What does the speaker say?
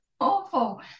awful